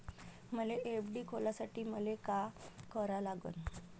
मले एफ.डी खोलासाठी मले का करा लागन?